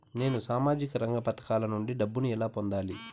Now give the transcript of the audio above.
నేను సామాజిక రంగ పథకాల నుండి డబ్బుని ఎలా పొందాలి?